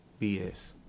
BS